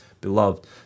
Beloved